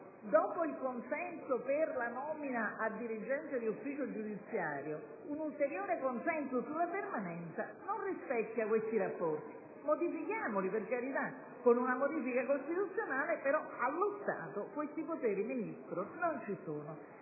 dopo il consenso per la nomina a dirigente dell'ufficio giudiziario, un ulteriore consenso sulla permanenza non rispecchia questi rapporti. Cambiamoli, per carità, con una modifica costituzionale ma, allo stato, questi poteri, Ministro, non ci sono.